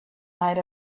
might